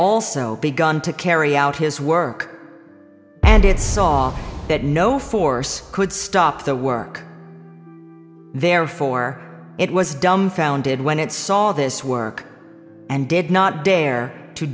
also begun to carry out his work and it saw that no force could stop the work therefore it was dumbfounded when it saw this work and did not dare to